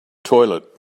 toilet